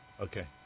Okay